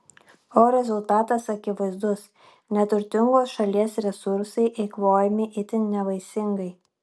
o rezultatas akivaizdus neturtingos šalies resursai eikvojami itin nevaisingai